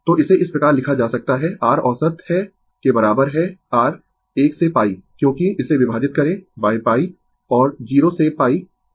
तो इसे इस प्रकार लिखा जा सकता है r औसत है के बराबर है r 1 से π क्योंकि इसे विभाजित करें π और 0 से π π dθ